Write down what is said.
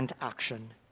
action